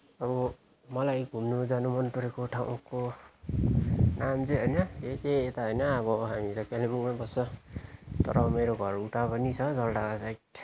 मलाई घुम्न जान मन परेको ठाउँको नाम चाहिँ होइन के के त होइन अब हामी त कालिम्पोङमै बस्छ तर मेरो घर उता पनि छ जलढका साइड